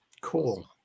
Cool